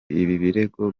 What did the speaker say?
birego